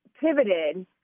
pivoted